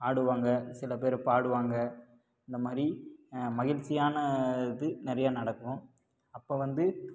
ஆடுவாங்க சில பேர் பாடுவாங்க இந்த மாதிரி மகிழ்ச்சியான இது நிறையா நடக்கும் அப்போ வந்து